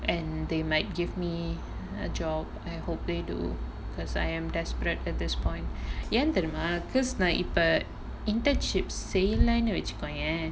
and they might give me a job I hope they do because I am desperate at this point யே தெரியுமா:yae theriyuma krishna இப்ப:ippa internship செய்லானு வச்சுகோயே:seilaanu vachukovae